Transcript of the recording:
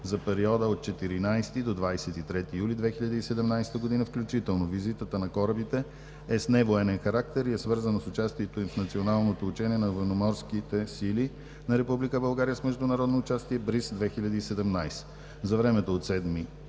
за периода от 14 до 23 юли 2017 г. включително. Визитата на корабите е с невоенен характер и е свързана с участието им в националното учение на Военноморските сили на Република България с международно участие „Бриз 2017“; - За времето от 7